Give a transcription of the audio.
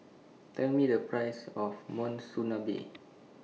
Tell Me The Price of Monsunabe